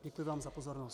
Děkuji vám za pozornost.